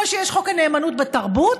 כמו שיש חוק הנאמנות בתרבות,